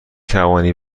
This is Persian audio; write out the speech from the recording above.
توانی